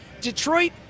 Detroit